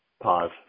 pause